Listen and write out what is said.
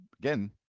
again